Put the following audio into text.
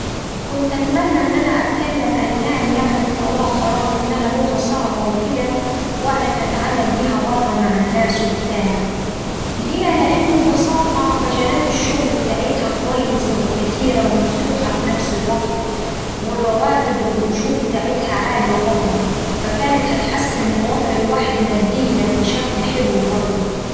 كنت أتمنى إن أنا أتكلم ألماني يعني بطلاقة رغم إنها لغة صعبة وكدا وأعرف أتعامل بيها برا مع الناس وبتاع. ليه، لأن ببساطة مجالات الشغل بتاعتها كويسة وكتيرة ومفتوحة في نفس الوقت والرواتب والأجور بتاعتها عالية برضه فكانت هتحسن من وضع الواحد ماديًا بشكل حلو برضه.